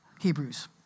Hebrews